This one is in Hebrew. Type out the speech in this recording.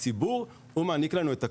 והציבור מעניק לנו את הכוח.